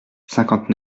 cinquante